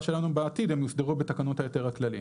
שלנו בעתיד הם יוסדרו בתקנות ההיתר הכללי.